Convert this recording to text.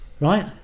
Right